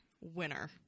winner